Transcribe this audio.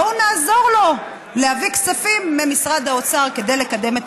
בואו נעזור לו להביא כספים ממשרד האוצר כדי לקדם את